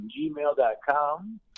gmail.com